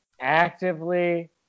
actively